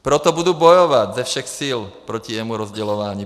Proto budu bojovat ze všech sil proti rozdělování.